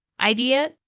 idea